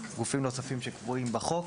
גופים נוספים שקבועים בחוק.